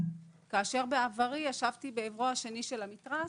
כאשר בעברי ישבתי בעברו השני של המתרס,